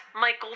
Michael